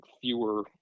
fewer